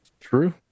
True